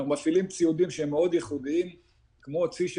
אנחנו מפעילים ציודים שהם מאוד ייחודיים כמו צי של